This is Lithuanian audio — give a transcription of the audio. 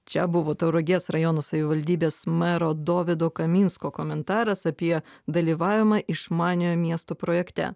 čia buvo tauragės rajono savivaldybės mero dovydo kaminsko komentaras apie dalyvavimą išmaniojo miesto projekte